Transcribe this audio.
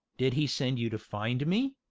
did he send you to find me?